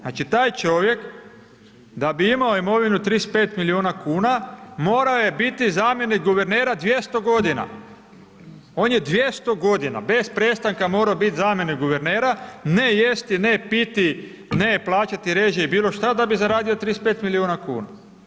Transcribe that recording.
Znači, taj čovjek da bi imao imovinu 35 milijuna kuna morao je biti zamjenik guvernera 200.g., on je 200.g. bez prestanka morao biti zamjenik guvernera, ne jesti, ne piti, ne plaćati režije i bilo šta da bi zaradio 35 milijuna kuna.